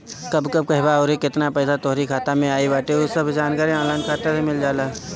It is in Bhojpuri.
कब कब कहवा अउरी केतना पईसा तोहरी खाता में आई बाटे उ सब के जानकारी ऑनलाइन खाता से मिल जाला